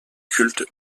culte